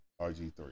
RG3